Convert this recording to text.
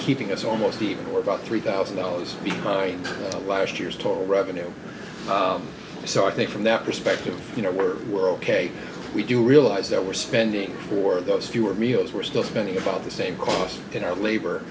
keeping us almost even or about three thousand dollars behind the last year's total revenue so i think from that perspective you know we're we're ok we do realize that we're spending for those fewer meals we're still spending about the same cost in our labor